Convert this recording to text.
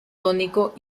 tónico